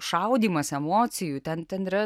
šaudymas emocijų ten ten yra